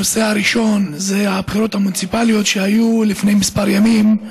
הנושא הראשון זה הבחירות המוניציפליות שהיו לפני כמה ימים.